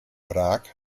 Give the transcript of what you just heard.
prague